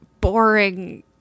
boring